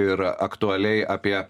ir aktualiai apie